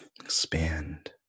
expand